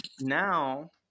Now